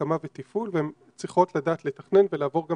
הקמה ותפעול והן צריכות לדעת לתכנן ולעבור גם